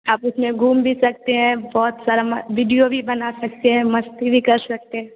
आप उसमें घूम भी सकते हैं बहुत सारा म वीडियो भी बना सकते हैं मस्ती भी कर सकते